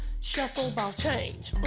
shuffle, ball change. mm.